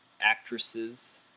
actresses